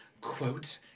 Quote